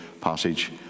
passage